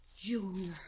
Junior